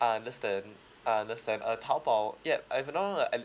I understand I understand uh taobao yup